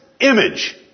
image